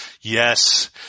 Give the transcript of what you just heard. Yes